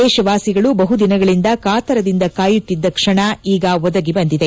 ದೇಶವಾಸಿಗಳು ಬಹುದಿನಗಳಿಂದ ಕಾತರದಿಂದ ಕಾಯುತ್ತಿದ್ದ ಕ್ಷಣ ಈಗ ಒದಗಿ ಬಂದಿದೆ